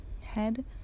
head